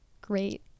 great